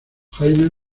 jaime